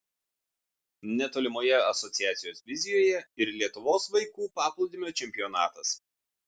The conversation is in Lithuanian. netolimoje asociacijos vizijoje ir lietuvos vaikų paplūdimio čempionatas